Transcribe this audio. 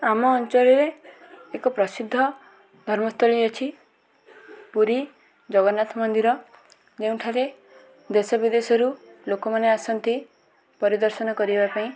ଆମ ଅଞ୍ଚଳରେ ଏକ ପ୍ରସିଦ୍ଧ ଧର୍ମସ୍ଥଳୀ ଅଛି ପୁରୀ ଜଗନ୍ନାଥ ମନ୍ଦିର ଯେଉଁଠାରେ ଦେଶ ବିଦେଶରୁ ଲୋକମାନେ ଆସନ୍ତି ପରିଦର୍ଶନ କରିବା ପାଇଁ